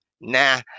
nah